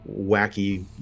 wacky